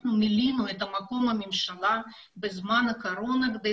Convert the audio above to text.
אנחנו מילאנו את מקום הממשלה בזמן הקורונה כדי